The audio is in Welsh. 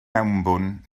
mewnbwn